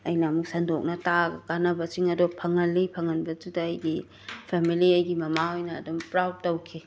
ꯑꯩꯅ ꯑꯃꯨꯛ ꯁꯟꯗꯣꯛꯅ ꯇꯥꯛꯑꯒ ꯀꯥꯟꯅꯕꯁꯤꯡ ꯑꯗꯨ ꯐꯪꯍꯜꯂꯤ ꯐꯪꯍꯟꯕꯗꯨꯗ ꯑꯩꯒꯤ ꯐꯦꯃꯤꯂꯤ ꯑꯩꯒꯤ ꯃꯃꯥ ꯍꯣꯏꯅ ꯑꯗꯨꯝ ꯄ꯭ꯔꯥꯎꯠ ꯇꯧꯈꯤ